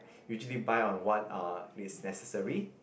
usually buy on what uh is necessary